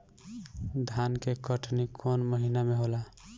धान के कटनी कौन महीना में होला?